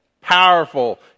powerful